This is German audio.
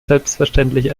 selbstverständlich